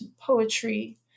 poetry